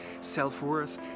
self-worth